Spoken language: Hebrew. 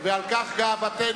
ועל כך גאוותנו.